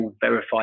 verified